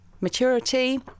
maturity